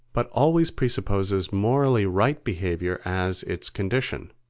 but always presupposes morally right behaviour as its condition.